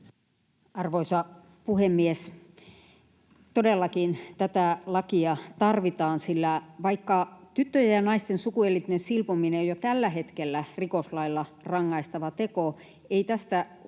Arvoisa puhemies! Todellakin tätä lakia tarvitaan, sillä vaikka tyttöjen ja naisten sukuelinten silpominen on jo tällä hetkellä rikoslailla rangaistava teko, ei tästä huolimatta